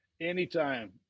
Anytime